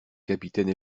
capitaine